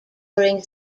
during